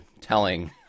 telling